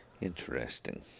Interesting